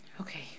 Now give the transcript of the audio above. Okay